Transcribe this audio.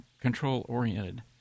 control-oriented